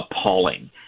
appalling